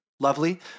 Lovely